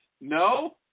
no